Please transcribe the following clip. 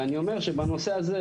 ואני אומר שבנושא הזה,